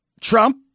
Trump